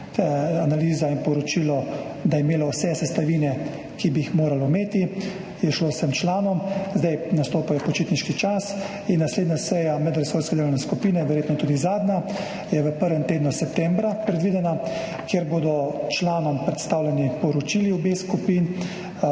analiza in poročilo vse sestavine, ki bi jih morala imeti, je bilo posredovano vsem članom. Zdaj nastopa počitniški čas in naslednja seja medresorske delovne skupine, verjetno tudi zadnja, je v prvem tednu septembra predvidena, kjer bodo članom predstavljeni poročili obeh skupin,